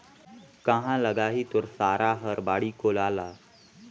काँहा लगाही तोर सारा हर बाड़ी कोला ल